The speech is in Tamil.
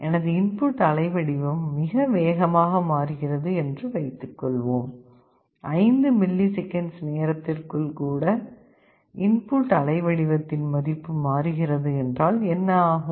எனது இன்புட் அலைவடிவம் மிக வேகமாக மாறுகிறது என்று வைத்துக்கொள்வோம் 5 மில்லி செகண்ட்ஸ் நேரத்திற்குள் கூட இன்புட் அலைவடிவத்தின் மதிப்பு மாறுகிறது என்றால் என்ன ஆகும்